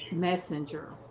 messenger,